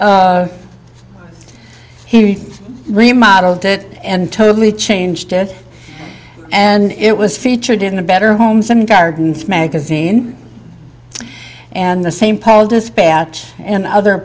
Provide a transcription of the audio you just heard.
he remodeled it and totally changed it and it was featured in the better homes and gardens magazine and the same paul dispatch and other